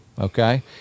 Okay